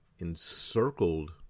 encircled